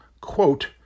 Quote